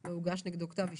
לא הוגש נגדו כתב אישום,